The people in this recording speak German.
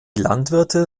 landwirte